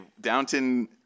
Downton